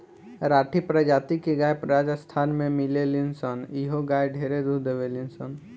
राठी प्रजाति के गाय राजस्थान में मिलेली सन इहो गाय ढेरे दूध देवेली सन